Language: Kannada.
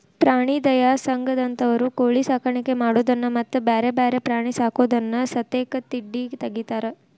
ಪ್ರಾಣಿ ದಯಾ ಸಂಘದಂತವರು ಕೋಳಿ ಸಾಕಾಣಿಕೆ ಮಾಡೋದನ್ನ ಮತ್ತ್ ಬ್ಯಾರೆ ಬ್ಯಾರೆ ಪ್ರಾಣಿ ಸಾಕೋದನ್ನ ಸತೇಕ ತಿಡ್ಡ ತಗಿತಾರ